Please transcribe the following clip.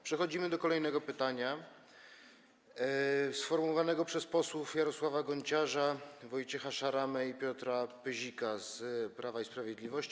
Przechodzimy do kolejnego pytania, sformułowanego przez posłów Jarosława Gonciarza, Wojciecha Szaramę i Piotra Pyzika z Prawa i Sprawiedliwości.